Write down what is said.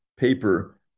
paper